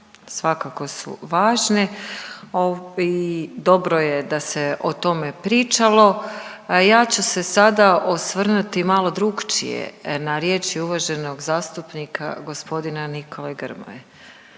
svakako su važne. Dobro je da se o tome pričalo. Ja ću se sada osvrnuti malo drukčije na riječi uvaženog zastupnika gospodina Nikole Grmoje,